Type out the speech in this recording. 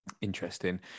Interesting